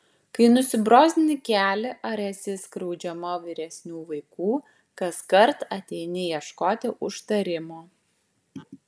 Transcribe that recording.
kai nusibrozdini kelį ar esi skriaudžiama vyresnių vaikų kaskart ateini ieškoti užtarimo